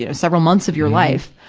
you know several months of your life,